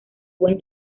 buen